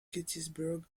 gettysburg